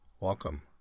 Welcome